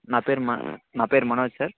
నా పేరు మా నా పేరు మనోజ్ సార్